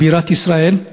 בבירת ישראל.